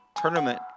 Tournament